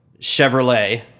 Chevrolet